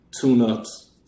tune-ups